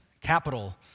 capital